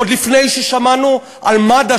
עוד לפני ששמענו על מד"א,